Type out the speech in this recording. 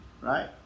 right